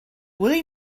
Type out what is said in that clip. willie